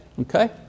Okay